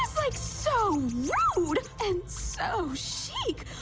like so road and so shake